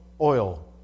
oil